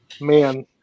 Man